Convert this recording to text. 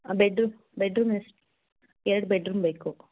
ಹಾಂ bedroom bedroom ಎಷ್ಟು ಎರಡು ಬೆಡ್ರೂಮ್ ಬೇಕು